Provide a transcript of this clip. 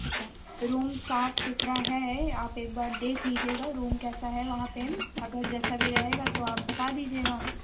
अच्छा रूम साफ़ सुथरा है आप एक बार देख लीजिएगा रूम कैसा है वहाँ पर अगर जैसा भी रहेगा तो आप बता दीजिएगा